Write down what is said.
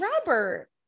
Robert